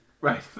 Right